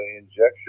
injection